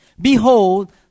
Behold